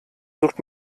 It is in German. sucht